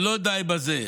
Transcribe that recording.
ולא די בזה.